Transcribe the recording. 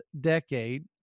decade